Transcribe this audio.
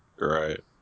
Right